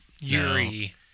Yuri